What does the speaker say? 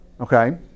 Okay